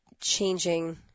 changing